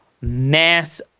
mass